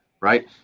Right